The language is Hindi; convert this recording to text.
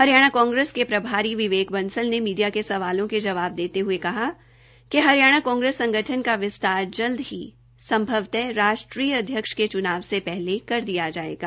हरियाणा कांग्रेस के प्रभारी विवेक बंसल ने कहा कि मीडिया के सवालों के जवाब देते हये कहा कि हरियाणा काग्रेस संगठन का विस्तार जल्द ही संम्भवतः राष्ट्रीय अध्यक्ष के चुनाव से पहले कर लिया जायेगा